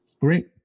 Great